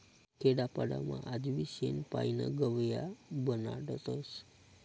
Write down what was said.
खेडापाडामा आजबी शेण पायीन गव या बनाडतस